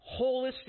holistic